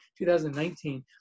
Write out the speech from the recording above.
2019